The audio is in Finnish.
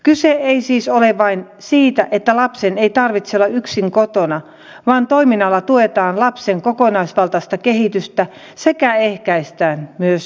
kyse ei siis ole vain siitä että lapsen ei tarvitse olla yksin kotona vaan toiminnalla tuetaan lapsen kokonaisvaltaista kehitystä sekä ehkäistään myös syrjäytymistä